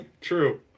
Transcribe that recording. True